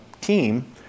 team